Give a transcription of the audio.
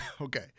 Okay